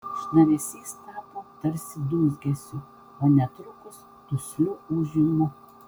šnaresys tapo tarsi dūzgesiu o netrukus dusliu ūžimu